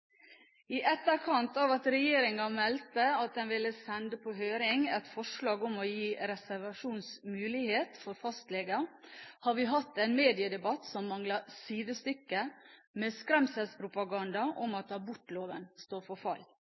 at regjeringen meldte at den ville sende på høring et forslag om å gi reservasjonsmulighet for fastleger, har vi hatt en mediedebatt som mangler sidestykke, med skremselspropaganda om at abortloven står for